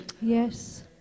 Yes